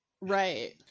Right